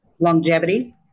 longevity